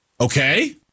Okay